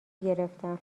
گرفتم